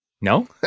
No